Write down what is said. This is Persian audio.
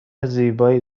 زیبایی